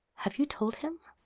have you told him?